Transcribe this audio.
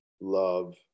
love